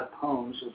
poems